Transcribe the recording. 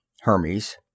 Hermes